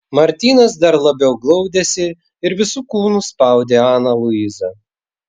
martynas dar labiau glaudėsi ir visu kūnu spaudė aną luizą